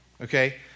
Okay